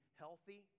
healthy